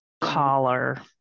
collar